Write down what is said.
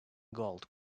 gold